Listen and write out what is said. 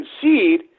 concede